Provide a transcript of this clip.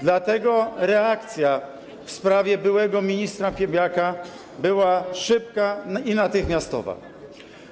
Dlatego reakcja w sprawie byłego ministra Piebiaka była szybka i natychmiastowa.